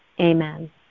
Amen